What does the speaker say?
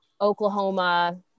Oklahoma